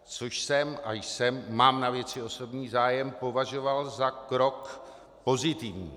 Což jsem, a mám na věci osobní zájem, považoval za krok pozitivní.